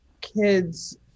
kids